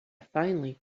finally